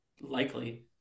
likely